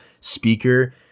speaker